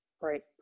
Right